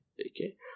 Okay